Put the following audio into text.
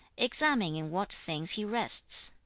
examine in what things he rests.